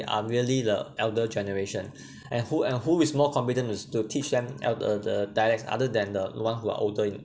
are merely the elder generation and who else who is more confidents to to teach them all the the dialects other than the one who are older in